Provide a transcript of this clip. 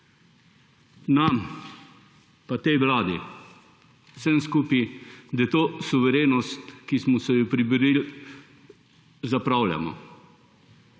nam pa tej vladi, vsem skupaj, da to suverenost, ki smo si jo priborili, zapravljamo.